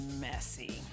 messy